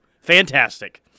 Fantastic